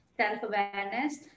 self-awareness